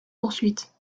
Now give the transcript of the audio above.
poursuite